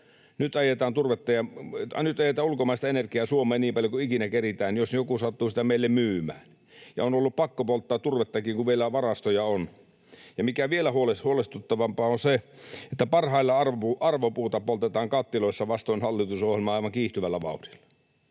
Nyt ajetaan ulkomaista energiaa Suomeen niin paljon kuin ikinä keretään, jos joku sattuu sitä meille myymään. Ja on ollut pakko polttaa turvettakin, kun vielä varastoja on. Ja mikä vielä huolestuttavampaa, on se, että parhaillaan arvopuuta poltetaan kattiloissa vastoin hallitusohjelmaa aivan kiihtyvällä vauhdilla.